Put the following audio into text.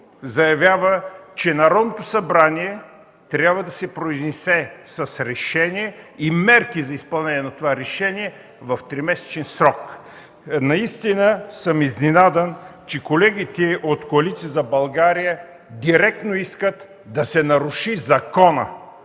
заявява, че Народното събрание трябва да се произнесе с решение и мерки за изпълнение на това решение в тримесечен срок. Наистина съм изненадан, че колегите от Коалиция за България директно искат да се наруши закона.